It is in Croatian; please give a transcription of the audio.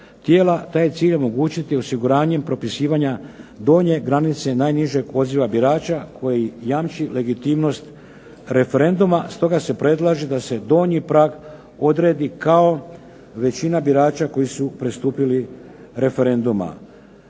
Taj cilj omogućiti osiguranjem propisivanja donje granice najnižeg odaziva birača koji jamči legitimnost referenduma. Stoga se predlaže da se donji prag odredi kao većina birača koji su pristupili referenduma.